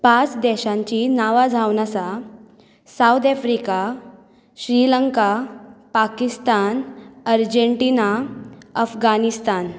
पांच देशांचीं नांवां जावन आसा South Africa Sri Lanka Pakistan Argentina Afghanistan